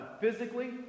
physically